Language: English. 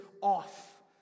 off